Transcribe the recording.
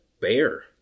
bear